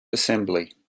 assembly